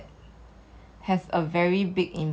ya if I can be effortlessly good at it right